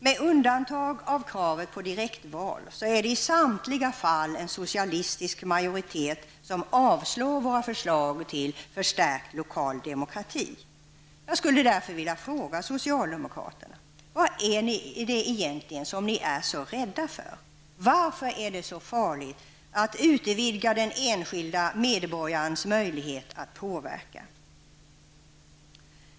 Med undantag av kravet på direktval är det i samtliga fall en socialistisk majoritet som avstyrker våra förslag till en förstärkt lokal demokrati. Jag skulle därför vilja fråga socialdemokraterna: Vad är det egentligen ni är rädda för? Varför är det så farligt att utvidga den enskilde medborgarens möjlighet att påverka?